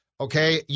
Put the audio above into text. okay